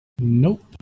Nope